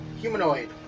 Humanoid